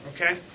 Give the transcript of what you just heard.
Okay